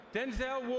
Denzel